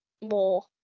more